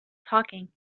talking